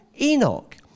Enoch